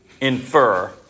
infer